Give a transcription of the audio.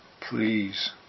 Please